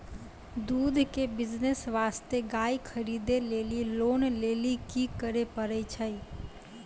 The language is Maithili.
दूध के बिज़नेस वास्ते गाय खरीदे लेली लोन लेली की करे पड़ै छै?